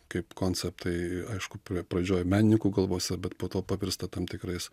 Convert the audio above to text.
kaip konceptai aišku pradžioj menininkų galvose bet po to pavirsta tam tikrais